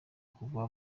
kuva